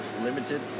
limited